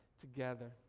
together